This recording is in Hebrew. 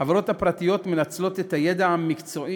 החברות הפרטיות מנצלות את הידע המקצועי